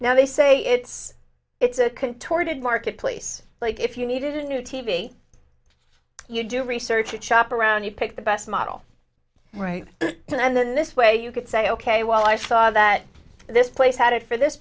now they say it's it's a contorted marketplace like if you needed a new t v you do research and shop around you pick the best model right and then this way you can say ok well i saw that this place had it for this